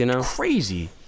crazy